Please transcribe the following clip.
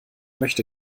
möchte